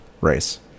race